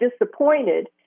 disappointed